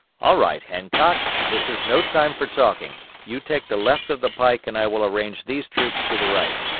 all right, hancock. this is no time for talking. you take the left of the pike and i will arrange these troops to the right